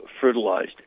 fertilized